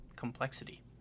Complexity